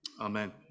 Amen